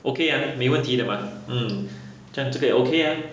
okay ah 没有问题的 mah hmm 这样这个也 okay ah